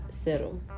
settle